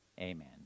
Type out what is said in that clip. amen